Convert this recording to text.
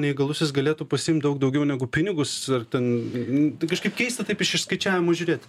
neįgalusis galėtų pasiimt daug daugiau negu pinigus ar ten kažkaip keista taip iš išskaičiavimo žiūrėti